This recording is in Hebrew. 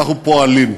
אנחנו פועלים.